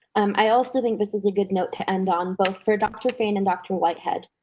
um i also think this is a good note to end on both for dr. fain and dr. whitehead.